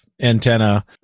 Antenna